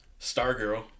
Stargirl